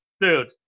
dude